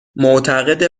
معتقده